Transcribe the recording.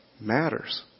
matters